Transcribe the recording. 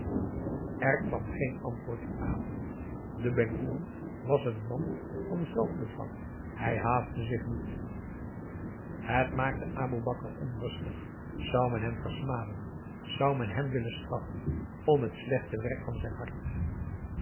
er kwam geen antwoord dien avond de penghoeloe was een man van zelfbedwang hij haastte zich niet het maakte aboe bakar onrustig zou men hem versmaden zou men hem willen straffen om het slechte werk van zijn hart